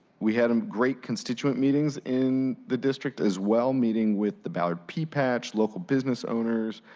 we had um great constituent meetings in the district, as well, meeting with the ballard pea patch, local business owners,